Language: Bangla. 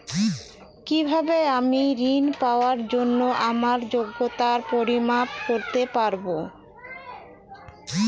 কিভাবে আমি ঋন পাওয়ার জন্য আমার যোগ্যতার পরিমাপ করতে পারব?